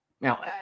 Now